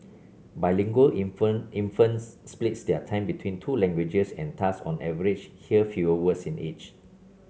bilingual infants split their time between two languages and thus on average hear fewer words in each